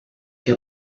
que